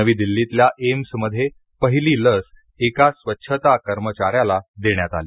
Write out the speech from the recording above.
नवी दिल्लीतल्या एमस मध्ये पहिली लस एका स्वच्छता कर्मचाऱ्याला देण्यात आली